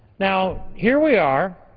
now, here we are,